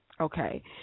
Okay